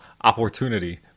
opportunity